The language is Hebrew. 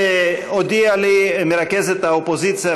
הודיעה לי מרכזת האופוזיציה,